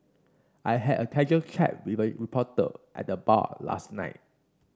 I had a casual chat with a reporter at the bar last night